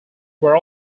were